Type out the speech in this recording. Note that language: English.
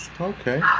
Okay